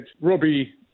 Robbie